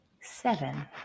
seven